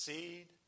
Seed